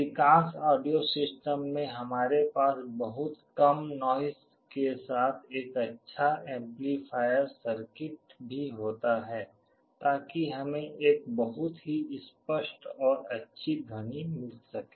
अधिकांश audio system में हमारे पास बहुत कम नॉइस के साथ एक अच्छा एम्पलीफायर सर्किट भी होता है ताकि हमें एक बहुत ही स्पष्ट और अच्छी ध्वनि मिल सके